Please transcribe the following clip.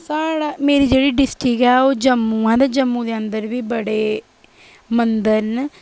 मेरी जेह्ड़ी डिस्टिक ऐ ओह् जम्मू ऐ जम्मू दे अंदर बी बड़े मंदर न